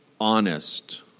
honest